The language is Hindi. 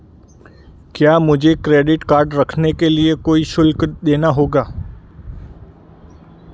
क्या मुझे क्रेडिट कार्ड रखने के लिए कोई शुल्क देना होगा?